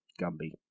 Gumby